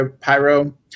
pyro